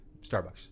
Starbucks